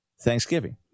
Thanksgiving